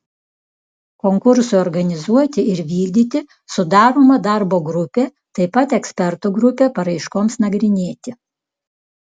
konkursui organizuoti ir vykdyti sudaroma darbo grupė taip pat ekspertų grupė paraiškoms nagrinėti